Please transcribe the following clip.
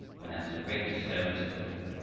when there was a great disturbance at the door.